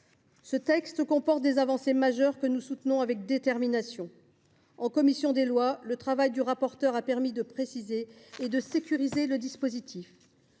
Ce texte comporte des avancées majeures, que nous soutenons avec détermination. En commission des lois, le travail du rapporteur a permis de préciser et de sécuriser sa rédaction.